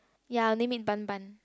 ya name it Bun Bun